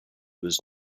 was